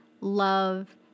love